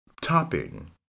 topping